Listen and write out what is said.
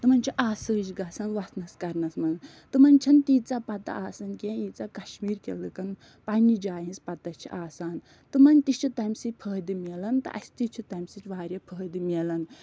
تِمَن چھِ آسٲیِش گژھان وۅتھنَس کَرنَس منٛز تِمَن چھِنہٕ تیٖژاہ پتاہ آسان کیٚنٛہہ یٖژاہ کَشمیٖر کٮ۪ن لُکَن پَنٕنہِ جایہِ ہٕنٛز پتاہ چھِ آسان تِمَن تہِ چھِ تَمہِ سۭتۍ فٲیِدٕ میلان تہٕ اَسہِ تہِ چھُ تَمہِ سۭتۍ واریاہ فٲیِدٕ میلان